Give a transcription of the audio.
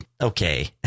okay